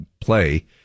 play